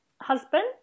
husband